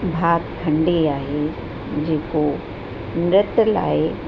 भातखंडे आहे जेको नृत लाइ